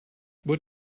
what